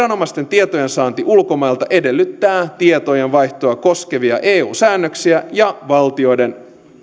tietojensaanti ulkomailta edellyttää tietojenvaihtoa koskevia eu säännöksiä ja valtioiden